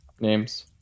Names